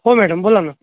हो मॅडम बोला ना